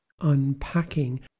unpacking